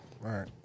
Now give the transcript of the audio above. right